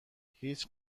هیچ